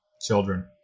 children